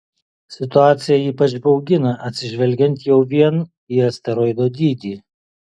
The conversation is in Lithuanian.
situacija ypač baugina atsižvelgiant jau vien į asteroido dydį